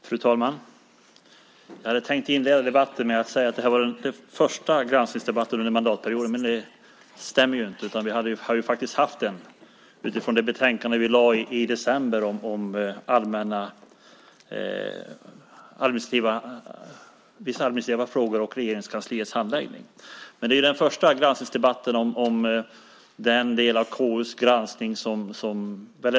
Fru talman! Jag hade tänkt inleda med att säga att detta är den första granskningsdebatten under mandatperioden. Men det stämmer ju inte. Vi har haft en utifrån det betänkande som vi lade i december om vissa arbetsgivarfrågor och Regeringskansliets handläggning. Men detta är den mest uppmärksammade debatten om KU:s granskning.